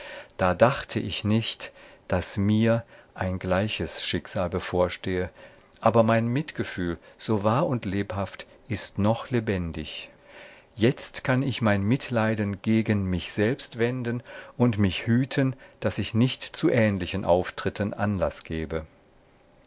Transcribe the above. da dachte ich nicht daß mir ein gleiches schicksal bevorstehe aber mein mitgefühl so wahr und lebhaft ist noch lebendig jetzt kann ich mein mitleiden gegen mich selbst wenden und mich hüten daß ich nicht zu ähnlichen auftritten anlaß gebe